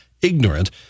ignorant